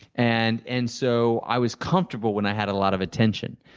and and so, i was comfortable when i had a lot of attention.